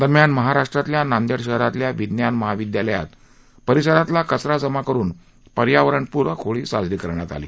दरम्यान महाराष्ट्रातल्या नांदेड शहरातल्या विज्ञान महाविद्यालयात परिसरातला कचरा जमा करून पर्यावरणपूरक होळी साजरी करण्यात आली